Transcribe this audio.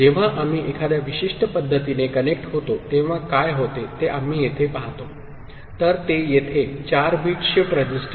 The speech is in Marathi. जेव्हा आम्ही एखाद्या विशिष्ट पद्धतीने कनेक्ट होतो तेव्हा काय होते ते आम्ही येथे पाहतो तर ते येथे 4 बिट शिफ्ट रजिस्टर आहे